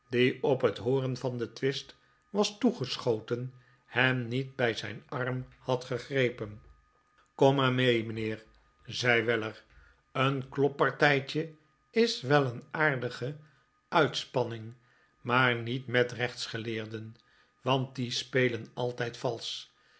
op het hooren van den twist was toegeschoten hem niet bij zijn arm had gegrepen kom maar mee mijnheer zei weller pickwick heeft n eiging tot handtastelijkheden ee n kloppartijtje is wel een aardige uitspanning maar niet met rechtsgeleerden want die spelfen altijd valsch